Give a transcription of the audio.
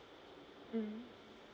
mm